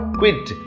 quit